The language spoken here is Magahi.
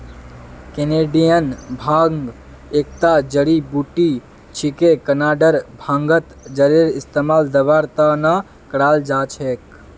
कैनेडियन भांग एकता जड़ी बूटी छिके कनाडार भांगत जरेर इस्तमाल दवार त न कराल जा छेक